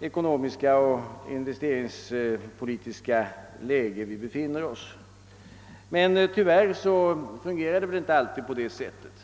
ekonomiska och investeringspolitiska läge vi för närvarande befinner oss i. Men tyvärr fungerar det inte alltid på det sättet.